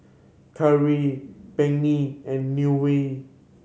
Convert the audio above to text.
Karli Peggy and Newell